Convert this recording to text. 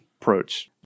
approach